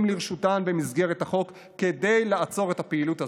לרשותן במסגרת החוק כדי לעצור את הפעילות הזאת.